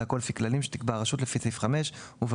והכול לפי כללים שתקבע הרשות לפי סעיף 5 ובהוראות